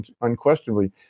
unquestionably